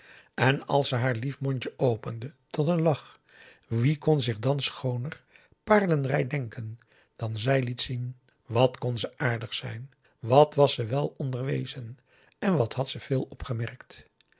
en als ze haar lief mondje opende tot een lach wie kon zich dan schooner paarlenrij denken dan zij liet zien wat kon ze aardig zijn wat was ze wèl onderwezen en wat had ze veel opgemerkt